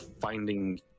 finding